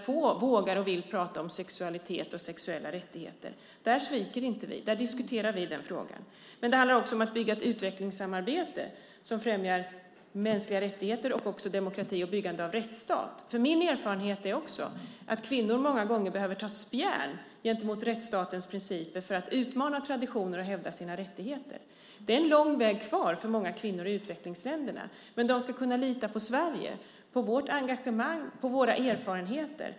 Få vågar och vill prata om sexualitet och sexuella rättigheter. Där sviker inte vi. Vi diskuterar den frågan. Men det handlar också om att bygga ett utvecklingssamarbete som främjar mänskliga rättigheter och också demokrati och byggande av rättsstat. Min erfarenhet är också att kvinnor många gånger behöver ta spjärn mot rättsstatens principer för att utmana traditioner och hävda sina rättigheter. Det är en lång väg kvar för många kvinnor i utvecklingsländerna, men de ska kunna lita på Sverige, på vårt engagemang och på våra erfarenheter.